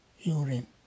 urine